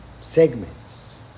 segments